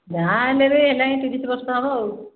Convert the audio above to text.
ଯାହା ହେଲେ ବି ହେଲାଣି ତିରିଶି ବର୍ଷ ହେବ ଆଉ